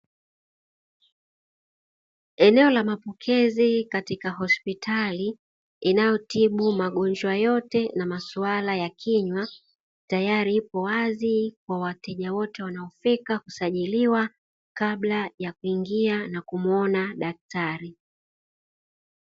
Eneo la mapokezi katika hospitali inayotibu magonjwa yote na maswala ya kinywa, tayari ipo wazi kwa wateja wote wanaofika kusajiliwa kabla ya kuingia na kumuona daktari.